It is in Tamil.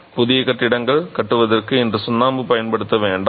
புதிய கட்டிடங்கள் கட்டுவதற்கு இன்று சுண்ணாம்பு பயன்படுத்த வேண்டாம்